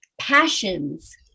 passions